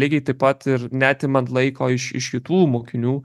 lygiai taip pat ir neatimant laiko iš iš kitų mokinių